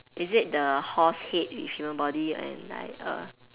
is it the horse head with human body and like a